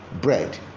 bread